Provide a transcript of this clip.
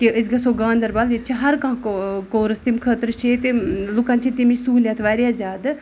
کہِ أسۍ گژھو گاندربل ییٚتہِ چھُ ہر کانٛہہ کورس تَمہِ خٲطرٕ چھُ ییٚتہِ لُکن چھِ تَمِچ سہوٗلیت واریاہ زیادٕ